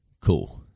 Cool